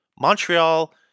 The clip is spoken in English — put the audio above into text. Montreal